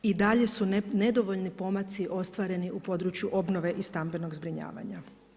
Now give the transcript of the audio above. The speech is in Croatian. I dalje su nedovoljni pomaci ostvareni u području obnove i stambenog zbrinjavanja.